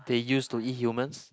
they used to eat humans